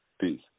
Peace